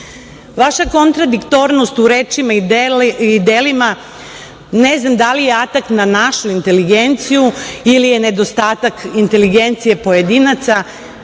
kontradiktornost u rečima i delima ne znam da li je atak na našu inteligenciju ili je nedostatak inteligencije pojedinaca,